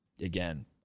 again